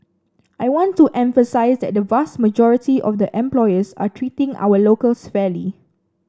I want to emphasise that the vast majority of the employers are treating our locals fairly